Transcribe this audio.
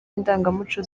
indangamuco